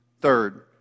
Third